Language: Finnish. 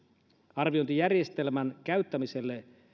arviointijärjestelmän käyttämiselle